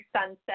sunset